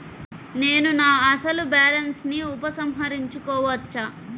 నేను నా అసలు బాలన్స్ ని ఉపసంహరించుకోవచ్చా?